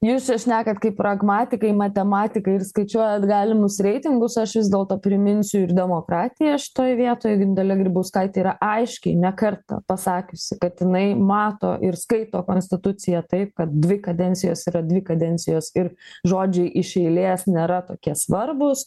jūs čia šnekat kaip pragmatikai matematikai ir skaičiuojat galimus reitingus aš vis dėlto priminsiu ir demokratiją šitoj vietoj dalia grybauskaitė yra aiškiai ne kartą pasakiusi kad jinai mato ir skaito konstituciją taip kad dvi kadencijos yra dvi kadencijos ir žodžiai iš eilės nėra tokie svarbūs